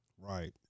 Right